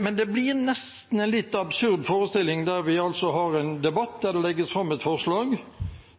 men det blir nesten en litt absurd forestilling når vi har en debatt der det legges fram et forslag